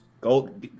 Go